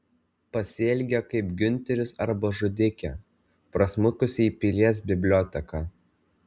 pasielgė kaip giunteris arba žudikė prasmukusi į pilies biblioteką